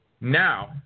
Now